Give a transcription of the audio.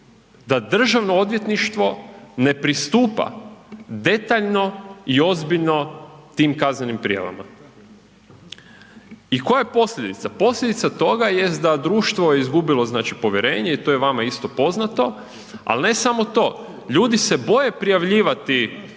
da državno odvjetništvo ne pristupa detaljno i ozbiljno tim kaznenim prijavama. I koja je posljedica? Posljedica toga jest da društvo je izgubilo znači povjerenje i to je vama isto poznato, al ne samo to, ljudi se boje prijavljivati